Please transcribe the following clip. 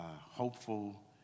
hopeful